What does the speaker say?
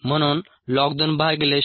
म्हणून ln 2 भागिले 0